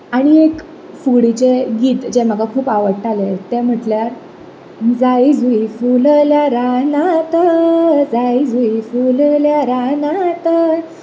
आनी एक फुगडीचें गीत जें म्हाका खूब आवडटालें तें म्हणटल्यार जायी जुयी फुलल्या रानांत जायी जुयी फुलल्या रानांत